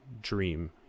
Dream